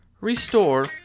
Restore